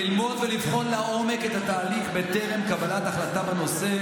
ללמוד ולבחון לעומק את התהליך בטרם קבלת החלטה בנושא.